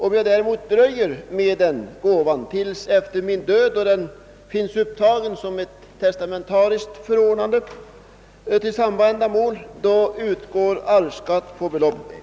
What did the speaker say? Om däremot gåvan utgår först efter min död, då den finns upptagen som ett testamentariskt förordnande för samma ändamål, utgår arvsskatt på beloppet.